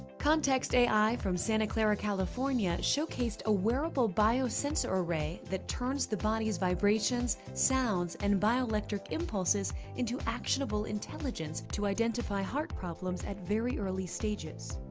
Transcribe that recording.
context ai from santa clara, california showcased a wearable bio-sensor array that turns the body's vibrations, sounds and bioelectric impulses, into actionable intelligence to identify heart problems at very early early stages.